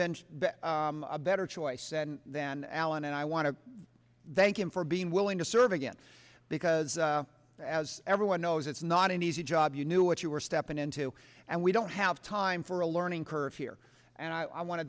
been a better choice and then alan and i want to thank him for being willing to serve again because as everyone knows it's not an easy job you knew what you were stepping into and we don't have time for a learning curve here and i want to